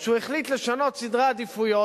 שהוא החליט לשנות סדרי עדיפויות.